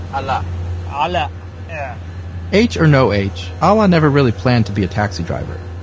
alaa ah alaa yeah h or no h ah alaa never really planned to be a taxi driver.